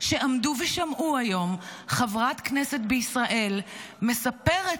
שעמדו ושמעו היום חברת כנסת בישראל מספרת